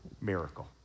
miracle